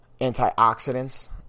antioxidants